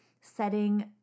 setting